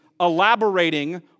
elaborating